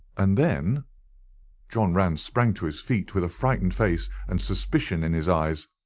and then john rance sprang to his feet with a frightened face and suspicion in his eyes.